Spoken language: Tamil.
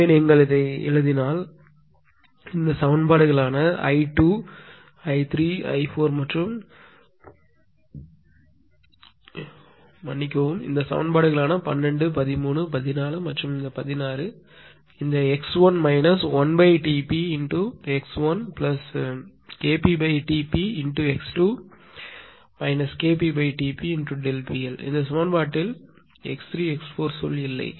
எனவே நீங்கள் இதை எழுதினால் இந்த சமன்பாடுகளான 12 13 14 மற்றும் 16 இந்த 1Tpx1KpTpx2 KpTpPLஇந்த சமன்பாட்டில் x3 x4சொல் இல்லை